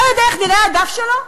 אתה יודע איך נראה הדף שלו?